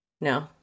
No